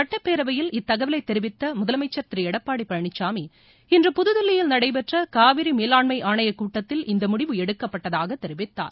சட்டப்பேரவையில் இத்தகவலை தெரிவித்த முதலமைச்சர் திரு எடப்பாடி பழனிசாமி இன்று புதுதில்லியில் நடைபெற்ற காவிரி மேலாண்மை ஆணையக்கூட்டத்தில் இந்த முடிவு எடுக்கப்பட்டதாக தெரிவித்தார்